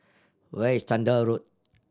where is Chander Road